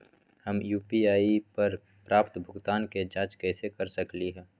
हम यू.पी.आई पर प्राप्त भुगतान के जाँच कैसे कर सकली ह?